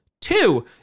Two